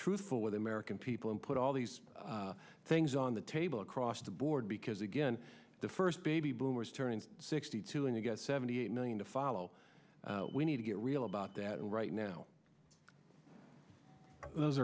truthful with the american people and put all these things on the table across the board because again the first baby boomers turning sixty two and to get seventy eight million to follow we need to get real about that right now those